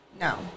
No